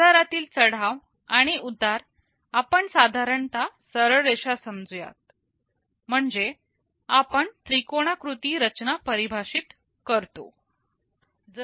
बाजारातील चढाव आणि उतार आपण साधारणतः सरळ रेषा समजू यात म्हणजे आपण त्रिकोणाकृती रचना परिभाषित करतो